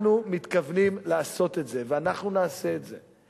אנחנו מתכוונים לעשות את זה ואנחנו נעשה את זה.